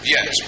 Yes